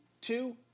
two